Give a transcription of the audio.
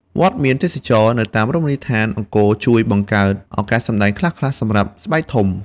វត្តមានទេសចរណ៍ នៅតាមរមណីយដ្ឋានអង្គរជួយបង្កើតឱកាសសម្តែងខ្លះៗសម្រាប់ស្បែកធំ។